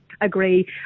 agree